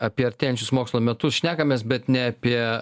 apie artėjančius mokslo metus šnekamės bet ne apie